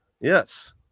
yes